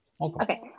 Okay